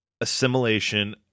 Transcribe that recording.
assimilation